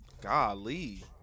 Golly